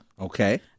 okay